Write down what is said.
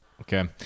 Okay